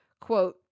quote